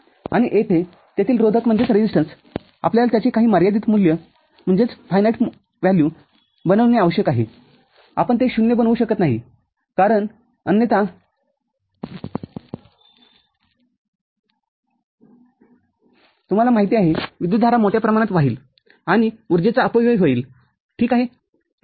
आणि तेथेयेथील रोधकआपल्याला त्याचे काही मर्यादित मूल्य बनविणे आवश्यक आहेआपण ते ० बनवू शकत नाही कारण अन्यथातुम्हाला माहिती आहेविद्युतधारा मोठ्या प्रमाणात वाहील आणि ऊर्जेचा अपव्यय होईल ठीक आहे